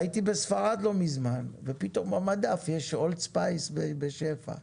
הייתי בספרד לא מזמן ופתאום על המדף יש אולד ספייס בשפע.